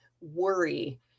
worry